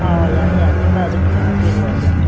ꯑꯥ ꯌꯥꯅꯤ ꯌꯥꯅꯤ ꯈꯔ ꯑꯗꯨꯝ ꯌꯦꯡꯂꯒ ꯄꯤꯔ ꯂꯣꯏꯔꯦ ꯀꯩꯅꯣ